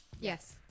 Yes